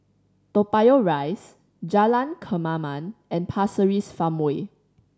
Toa Payoh Rise Jalan Kemaman and Pasir Ris Farmway